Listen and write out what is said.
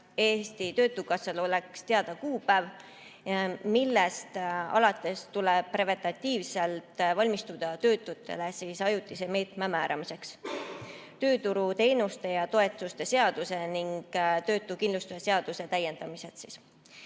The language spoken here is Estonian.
Eesti Töötukassal oleks teada kuupäev, millest alates tuleb preventatiivselt valmistuda töötutele ajutise meetme määramiseks tööturuteenuste ja -toetuste seaduse ning töötuskindlustuse seaduse täiendamisel.